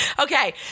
Okay